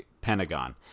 pentagon